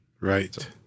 Right